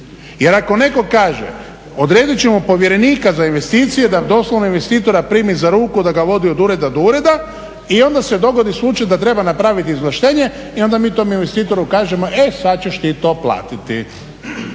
Jer ako netko kaže odredit ćemo povjerenika za investicije da doslovno investitora primi za ruku, da ga vodi od ureda do ureda i onda se dogodi slučaj da treba napraviti izvlaštenje i onda mi tom investitoru kažemo e sad ćeš ti to platiti.